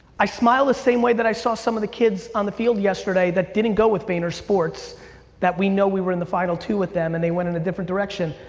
i smile the same way that i saw some of the kids on the field yesterday that didn't go with vaynersports that we know we were in the final two with them and they went in a different direction.